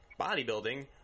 bodybuilding